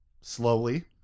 Slowly